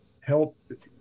help